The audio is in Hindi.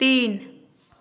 तीन